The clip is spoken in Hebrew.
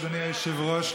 אדוני היושב-ראש,